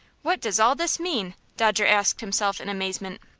what does all this mean? dodger asked himself in amazement.